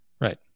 right